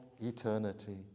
eternity